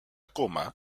coma